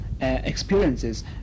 experiences